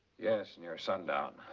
yes, near sundown.